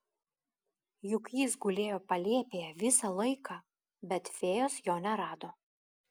juk jis gulėjo palėpėje visą laiką bet fėjos jo nerado